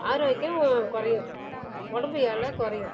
ஆரோக்கியம் குறையும் உடம்பு எடை குறையும்